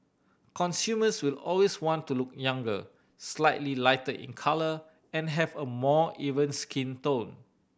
consumers will always want to look younger slightly lighter in colour and have a more even skin tone